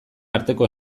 arteko